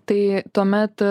tai tuomet